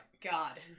God